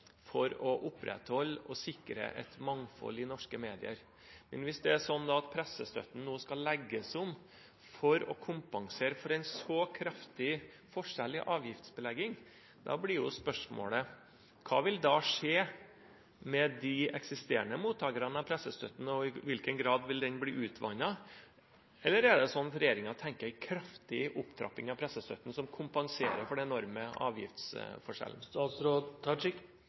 opprettholde og sikre et mangfold i norske medier. Men hvis pressestøtten skal legges om for å kompensere for en kraftig forskjell når det gjelder det å avgiftsbelegge, blir spørsmålet: Hva vil da skje med de eksisterende mottakerne av pressestøtten, og i hvilken grad vil den bli utvannet – eller tenker regjeringen på en kraftig opptrapping av pressestøtten, som kompenserer for den enorme avgiftsforskjellen?